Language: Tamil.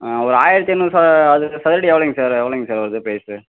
ஆ ஒரு ஆயிரத்தி ஐந்நூறு ச அது சதுர அடி எவ்வளோங்க சார் எவ்வளோங்க சார் வருது ப்ரைஸு